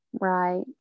right